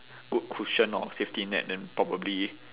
good cushion or safety net then probably